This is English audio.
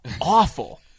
awful